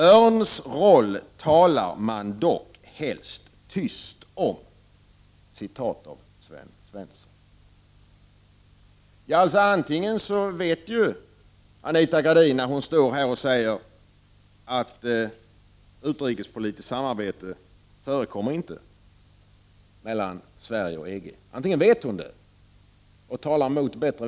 Örns roll talar man dock helst tyst om.” EPS-samarbetet gäller alltså det politiska samarbetet. Antingen vet Anita Gradin detta, när hon står här och säger att utrikespolitiskt samarbete mellan Sverige och EG inte förekommer.